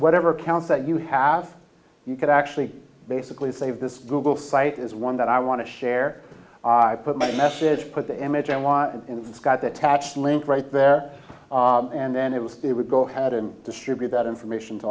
whatever accounts that you have you could actually basically save this google site is one that i want to share i put my message put the image i want and it's got the tach link right there and then it was it would go ahead and distribute that information to